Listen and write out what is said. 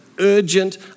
urgent